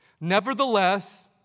Nevertheless